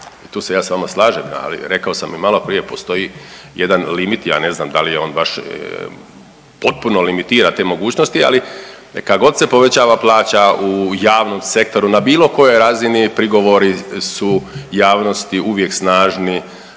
Tu se ja s vama slažem, ali rekao sam i maloprije, postoji jedan limit, ja ne znam da li on baš potpuno limitirate mogućnosti, ali kad god se povećava plaća u javnom sektoru na bilo kojoj razini, prigovori su javnosti uvijek snažni,